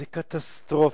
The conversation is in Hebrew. זה קטסטרופה,